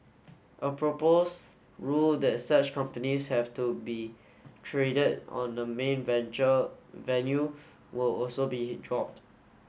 a proposed rule that such companies have to be traded on the main venue will also be dropped